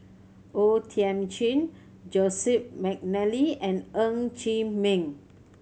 O Thiam Chin Joseph McNally and Ng Chee Meng